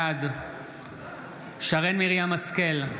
בעד שרן מרים השכל,